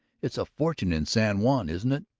it's a fortune in san juan, isn't it?